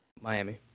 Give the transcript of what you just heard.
Miami